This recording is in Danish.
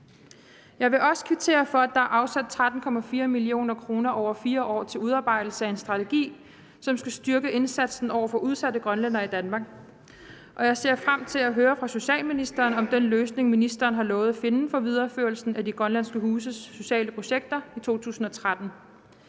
Jeg vil også kvittere for, at der er afsat 13,4 mio. kr. over 4 år til udarbejdelse af en strategi, som skal styrke indsatsen over for udsatte grønlændere i Danmark. Og jeg ser frem til at høre fra socialministeren om den løsning, ministeren har lovet at finde for videreførelsen af de grønlandske huses sociale projekter i 2013.